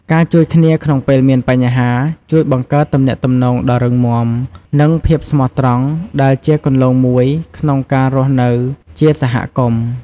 ការជួយគ្នាក្នុងពេលមានបញ្ហា ជួយបង្កើតទំនាក់ទំនងដ៏រឹងមាំ និងភាពស្មោះត្រង់ ដែលជាគន្លងមួយក្នុងការរស់នៅជាសហគមន៍។